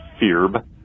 Fearb